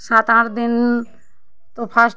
ସାତ୍ ଆଠ୍ ଦିନ୍ ତ ଫାର୍ଷ୍ଟ୍